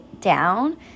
down